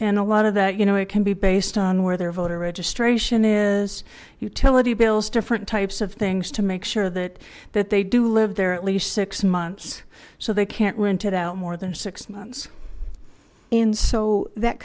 and a lot of that you know it can be based on where their voter registration is utility bills different types of things to make sure that that they do live there at least six months so they can't rent it out more than six months in so that